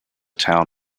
town